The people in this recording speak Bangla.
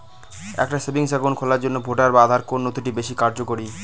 একটা সেভিংস অ্যাকাউন্ট খোলার জন্য ভোটার বা আধার কোন নথিটি বেশী কার্যকরী?